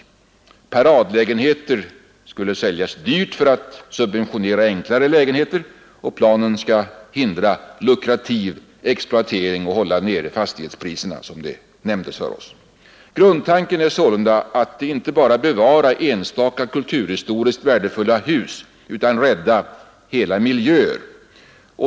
Paradlägenheterna skulle säljas dyrt för att subventionera enklare lägenheter. Planen skall i övrigt hindra lukrativ exploatering och hålla nere fastighetspriserna, som det nämndes för oss. Grundtanken är således inte endast att bevara kulturhistoriskt värdefulla hus utan att rädda hela" miljöer.